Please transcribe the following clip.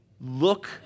Look